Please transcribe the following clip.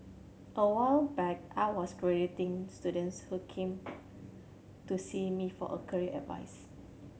a while back I was graduating students who came to see me for a career advice